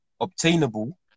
obtainable